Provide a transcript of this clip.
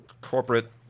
corporate